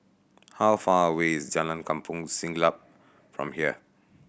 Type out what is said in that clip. how far away is Jalan Kampong Siglap from here